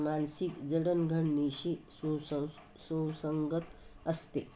मानसिक जडणघडणशी सुसं सुसंगत असते